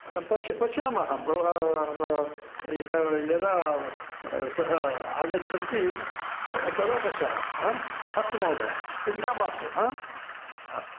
पश्य पश्यामः यदा सः आगच्छन्ति तदा पश्यामः अस्तु महोदय चिन्ता मास्तु अस्तु